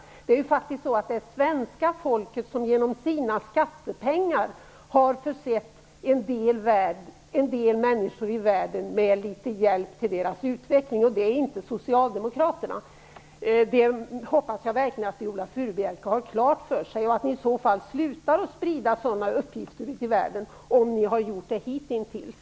Det är faktiskt det svenska folket som genom sina skattepengar har försett en del människor i världen med hjälp för deras utveckling och inte socialdemokraterna, vilket jag hoppas att Viola Furubjelke har klart för sig så att hon slutar med att sprida sådana uppgifter, om ni har gjort det hitintills.